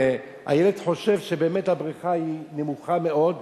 והילד חושב שבאמת הבריכה היא נמוכה מאוד,